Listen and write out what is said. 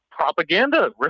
Propaganda